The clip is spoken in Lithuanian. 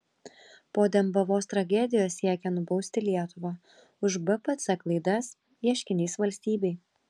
po dembavos tragedijos siekia nubausti lietuvą už bpc klaidas ieškinys valstybei